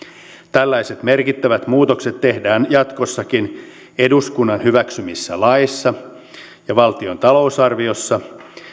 tällaiset merkittävät muutokset tehdään jatkossakin eduskunnan hyväksymissä laeissa ja valtion talousarviossa